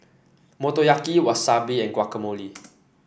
Motoyaki Wasabi and Guacamole